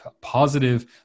positive